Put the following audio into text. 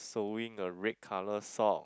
sewing a red colour sock